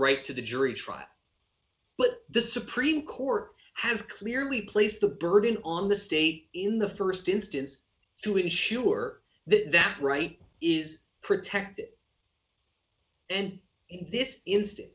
right to the jury trial but the supreme court has clearly place the burden on the state in the st instance to ensure that that right is protected and in this instance